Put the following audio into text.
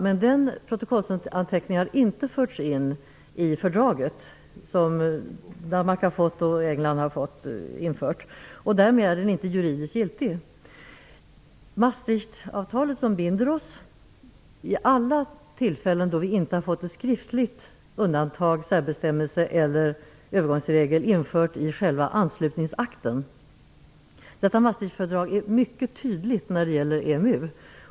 Men den protokollsanteckningen har inte förts in i fördraget, och därmed är den inte juridiskt giltig. Danmark och England har fått anteckningar införda. Maastrichtavtalet binder oss vid alla tillfällen där vi inte har fått ett skriftligt undantag, särbestämmelse eller engångsregel, införd i själva anslutningsakten. Maastrichtfördraget är mycket tydligt när det gäller EMU.